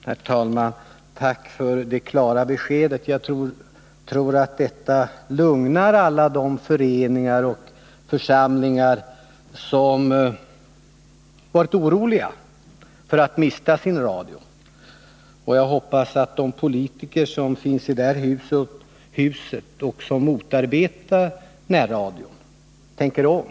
Herr talman! Tack för det klara beskedet! Jag tror att detta lugnar alla de föreningar och församlingar som varit oroliga för att mista sin radio. Jag hoppas att de politiker som finns här i huset och som motarbetar närradion tänker om.